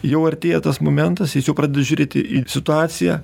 jau artėja tas momentas jis jau pradeda žiūrėti į situaciją